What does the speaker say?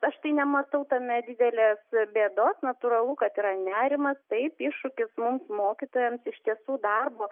aš tai nematau tame didelės bėdos natūralu kad yra nerimas taip iššūkis mums mokytojams iš tiesų darbo